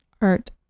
Art